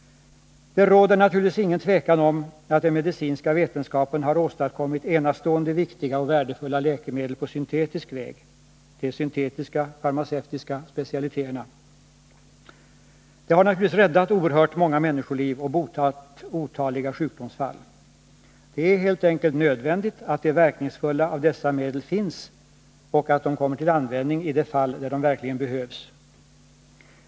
Det råder naturligtvis inget tvivel om att den medicinska vetenskapen har åstadkommit enastående viktiga och värdefulla läkemedel på syntetisk väg — de syntetiska farmaceutiska specialiteterna. De har naturligtvis räddat oerhört många människoliv och botat otaliga sjukdomsfall. Det är helt enkelt nödvändigt att de verkningsfulla av dessa medel finns och att de kommer till användning i de fall där de verkligen behövs.